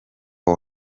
aho